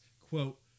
quote